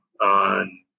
on